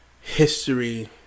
history